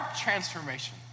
transformation